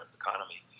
economy